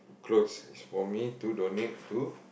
clothes is for me to donate to